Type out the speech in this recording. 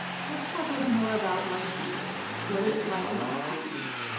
so let's talk a little more about life under isis. what is it like in these towns?